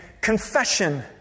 confession